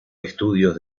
estudios